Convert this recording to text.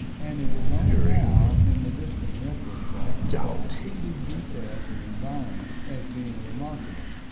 and it is only now in the distant retrospect that i see these details of environment as being remarkable,